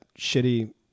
shitty